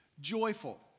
joyful